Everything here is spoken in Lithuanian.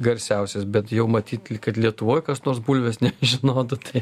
garsiausias bet jau matyt kad lietuvoj kas nors bulvės nežinotų tai